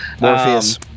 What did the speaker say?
Morpheus